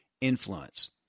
influence